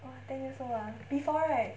!wah! ten years old ah P four right